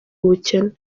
ubukene